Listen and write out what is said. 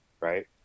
right